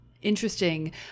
interesting